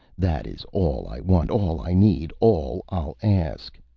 that is all i want, all i need, all i'll ask.